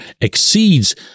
exceeds